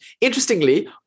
Interestingly